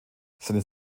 seinen